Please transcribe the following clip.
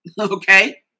okay